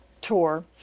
tour